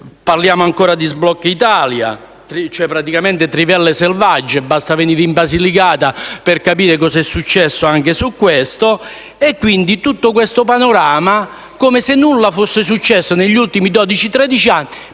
Parliamo ancora di sblocca Italia, quindi praticamente di trivelle selvagge: basta venire in Basilicata per capire cosa è successo anche su questo fronte. In tutto questo panorama, come se nulla fosse successo negli ultimi